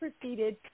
proceeded